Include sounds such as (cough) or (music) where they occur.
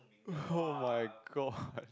oh my god (laughs)